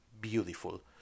beautiful